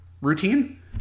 routine